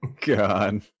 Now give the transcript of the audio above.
God